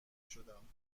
شدم